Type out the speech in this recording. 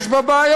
יש בה בעיות,